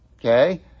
Okay